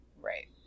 Right